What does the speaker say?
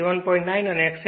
9 અને X L 5